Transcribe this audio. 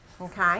Okay